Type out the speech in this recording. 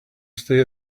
stay